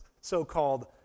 so-called